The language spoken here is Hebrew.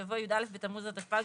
יבוא: י"א בתמוז התשפ"ג,